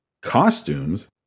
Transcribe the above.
costumes